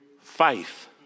faith